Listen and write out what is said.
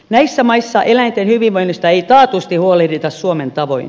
näissä maissa eläinten hyvinvoinnista ei taatusti huolehdita suomen tavoin